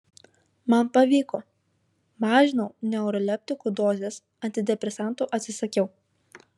man pavyko mažinau neuroleptikų dozes antidepresantų atsisakiau